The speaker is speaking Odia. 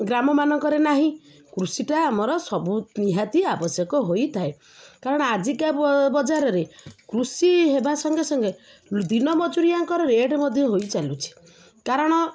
ଗ୍ରାମମାନଙ୍କରେ ନାହିଁ କୃଷିଟା ଆମର ସବୁ ନିହାତି ଆବଶ୍ୟକ ହୋଇଥାଏ କାରଣ ଆଜିକା ବ ବଜାରରେ କୃଷି ହେବା ସଙ୍ଗେ ସଙ୍ଗେ ଦିନ ମଜୁରିଆଙ୍କର ରେଟ୍ ମଧ୍ୟ ହୋଇଚାଲୁଛି କାରଣ